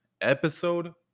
episode